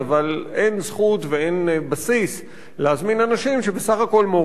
אבל אין זכות ואין בסיס להזמין אנשים שבסך הכול מעורבים